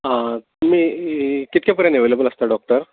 आं तुमी कितले परेन अवेलेबल आसता डॉक्टर